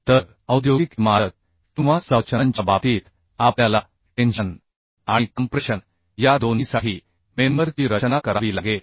तर औद्योगिक इमारत किंवा संरचनांच्या बाबतीत आपल्याला टेन्शन आणि कॉम्प्रेशन या दोन्हीसाठी मेंबर ची रचना करावी लागेल